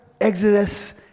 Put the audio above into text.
exodus